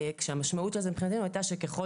כאשר המשמעות של זה מבחינתנו הייתה שככל